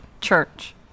church